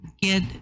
get